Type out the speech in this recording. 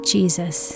Jesus